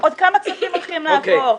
עוד כמה כספים הולכים לעבור?